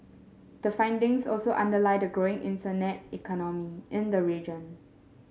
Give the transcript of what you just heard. the findings also underlie the growing internet economy in the region